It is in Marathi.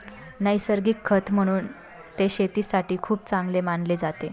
नैसर्गिक खत म्हणून ते शेतीसाठी खूप चांगले मानले जाते